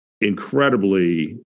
incredibly